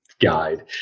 guide